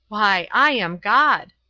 why, i am god!